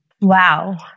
Wow